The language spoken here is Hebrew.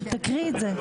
תקריא את זה.